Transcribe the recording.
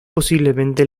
posiblemente